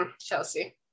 chelsea